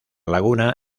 laguna